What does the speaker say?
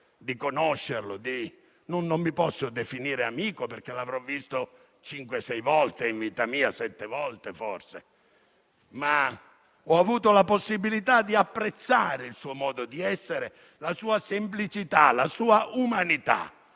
di conoscerlo. Non mi posso definire amico perché l'avrò visto in vita mia al massimo sette volte, ma ho avuto la possibilità di apprezzare il suo modo di essere, la sua semplicità, la sua umanità